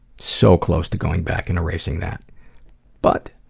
so close to going back and erasing that but